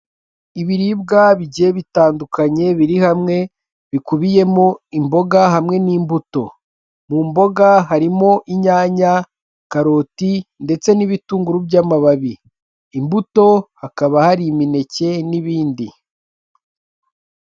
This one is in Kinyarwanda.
Ibiribwa bigiye bitandukanye biri hamwe bikubiyemo imboga hamwe n'imbuto, mu mboga harimo inyanya, karoti ndetse n'ibitunguru by'amababi, imbuto hakaba hari imineke n'ibindi.